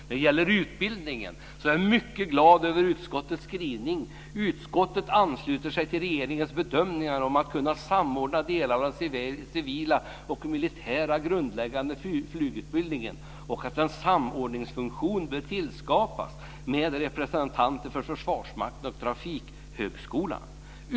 När det gäller utbildningen är jag mycket glad över utskottets skrivning: "Utskottet ansluter sig till regeringens bedömningar om att kunna samordna delar av den civila och militära grundläggande flygutbildningen och att en samordningsfunktion bör tillskapas med representation ur Försvarsmakten och Trafikflyghögskolan.